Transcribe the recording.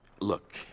Look